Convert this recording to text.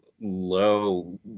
low